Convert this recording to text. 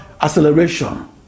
acceleration